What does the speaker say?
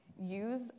use